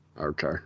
Okay